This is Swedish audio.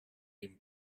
din